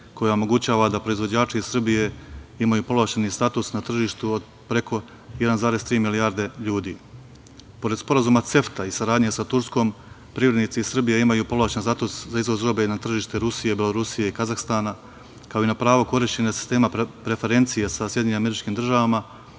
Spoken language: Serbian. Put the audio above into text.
koja omogućava da proizvođači Srbije imaju povlašećni status na tržištu od preko 1,3 milijarde ljudi. Pored sporazuma CEFTA i saradnje sa Turskom, privrednici Srbije imaju povlašćen status za izvoz robe na tržište Rusije, Belorusije i Kazahstana, kao i na pravo korišćenja sistema preferencije sa SAD, kao i izvoz